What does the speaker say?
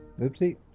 Oopsie